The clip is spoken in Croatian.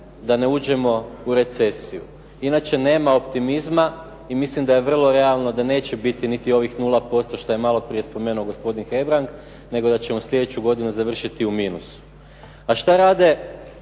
da ne uđemo u recesiju. Inače nema optimizma i mislim da je vrlo realno da neće biti niti ovih nula posto što je malo prije spomenuo gospodin Hebrang, nego da ćemo sljedeću godinu završiti u minusu. A šta rade